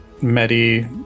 Medi